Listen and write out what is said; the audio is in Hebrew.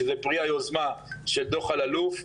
שזה פרי היוזמה של דוח אללוף,